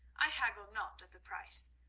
i haggle not at the price.